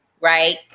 right